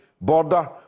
border